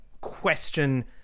question